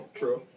true